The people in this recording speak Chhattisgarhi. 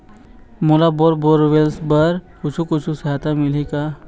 मोला बोर बोरवेल्स बर कुछू कछु सहायता मिलही का?